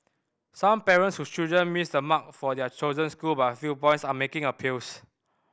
some parents whose children missed the mark for their chosen school by a few points are making appeals